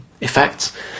effects